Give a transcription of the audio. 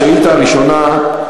השאילתה הראשונה: